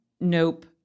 NOPE